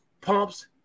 pumps